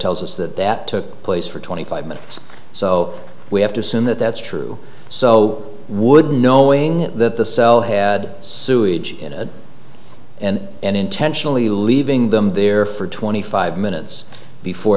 tells us that that took place for twenty five minutes so we have to assume that that's true so would knowing that the cell had sewage and and intentionally leaving them there for twenty five minutes before